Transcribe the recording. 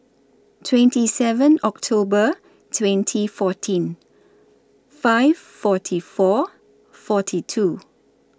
twenty seven October twenty fourteen five forty four forty two